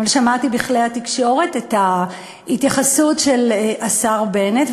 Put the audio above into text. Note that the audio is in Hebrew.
אבל שמעתי בכלי התקשורת את ההתייחסות של השר בנט,